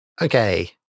Okay